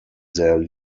their